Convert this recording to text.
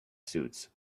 suits